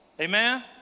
Amen